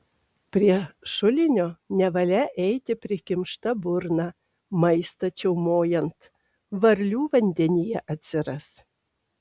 prie šulinio nevalia eiti prikimšta burna maistą čiaumojant varlių vandenyje atsiras